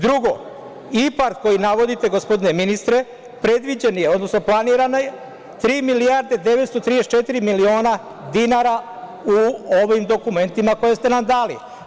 Drugo, IPARD koji navodite, gospodine ministre, predviđen je, odnosno planirano je 3.934.000.000 u ovim dokumentima koje ste nam dali.